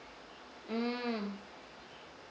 mm